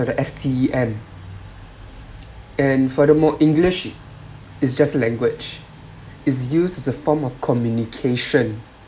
the S_T_E_M and furthermore english is just a language is used as a form of communication